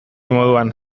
moduan